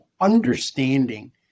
understanding